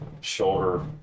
shoulder